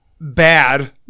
bad